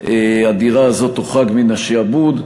הדירה הזאת תוחרג מן השעבוד.